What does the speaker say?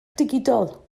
digidol